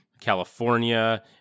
California